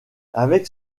avec